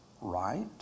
right